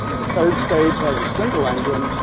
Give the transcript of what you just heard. the third stage has a single engine.